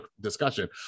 discussion